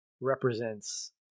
represents